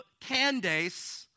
Candace